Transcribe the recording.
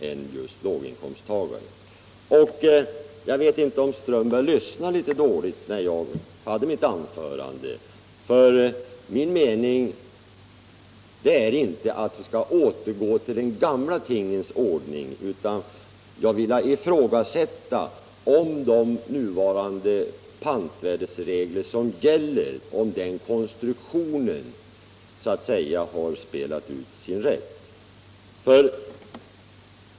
Jag vet inte om herr Strömberg lyssnade litet dåligt när jag höll mitt första anförande. Min mening är inte att vi skall återgå till den gamla tingens ordning, utan jag vill ifrågasätta om den konstruktion av pantvärdesreglerna som nu gäller så att säga har spelat ut sin roll.